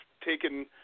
taken